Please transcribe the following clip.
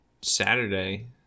Saturday